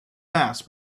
mass